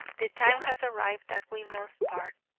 the time has arrived that we must part,